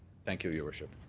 thank you, your worship.